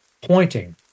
pointing